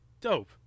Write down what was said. Dope